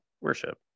worship